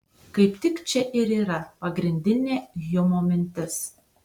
kaip tik čia ir yra pagrindinė hjumo mintis